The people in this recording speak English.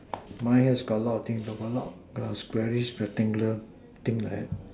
mine has a lot of thing a lot of squarish rectangle thing like that